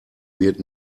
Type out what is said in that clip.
wird